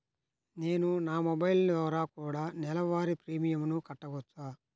నేను నా మొబైల్ ద్వారా కూడ నెల వారి ప్రీమియంను కట్టావచ్చా?